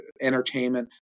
entertainment